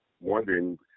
wondering